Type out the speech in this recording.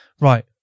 right